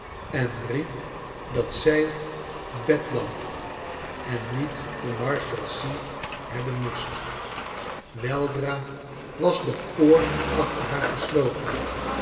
en riep dat zij bedlam en niet de marshalsea hebben moest weldra was de poort achter haar gesloten